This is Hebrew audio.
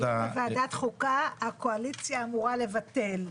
את הדיון בוועדת חוקה הקואליציה אמורה לבטל,